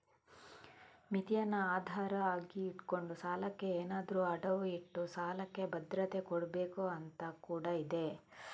ಮಿತಿಯನ್ನ ಆಧಾರ ಆಗಿ ಇಟ್ಕೊಂಡು ಸಾಲಕ್ಕೆ ಏನಾದ್ರೂ ಅಡವು ಇಟ್ಟು ಸಾಲಕ್ಕೆ ಭದ್ರತೆ ಕೊಡ್ಬೇಕು ಅಂತ ಕೂಡಾ ಇದೆ